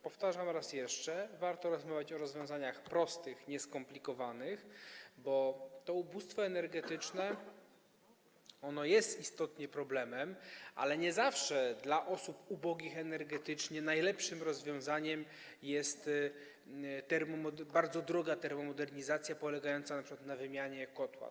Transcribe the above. Powtarzam raz jeszcze: Warto rozmawiać o rozwiązaniach prostych, nieskomplikowanych, bo ubóstwo energetyczne istotnie jest problemem, ale nie zawsze dla osób ubogich energetycznie najlepszym rozwiązaniem jest bardzo droga termomodernizacja polegająca np. na wymianie kotła.